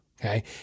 okay